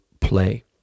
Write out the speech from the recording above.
play